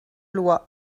loi